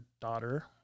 daughter